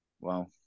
Wow